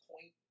Point